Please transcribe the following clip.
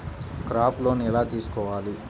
Crop loan ఎలా తీసుకోవాలి?